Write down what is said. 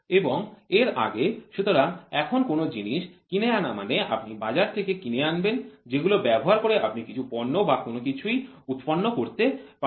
এবং এর আগে সুতরাং এখন কোন জিনিস কিনে আনা মানে আপনি বাজার থেকে কিনে আনবেন যেগুলো ব্যবহার করে আপনি কিছু পণ্য বা কোন কিছুই উৎপন্ন করতে পারেন